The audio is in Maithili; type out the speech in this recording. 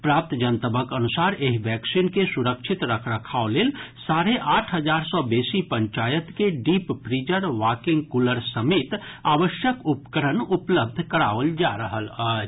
प्राप्त जनतबक अनुसार एहि वैक्सीन के सुरक्षित रख रखाव लेल साढ़े आठ हजार सँ बेसी पंचायत के डीप फ्रिजर वॉकिंग कुलर समेत आवश्यक उपकरण उपलब्ध कराओल जा रहल अछि